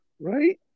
right